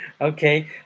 Okay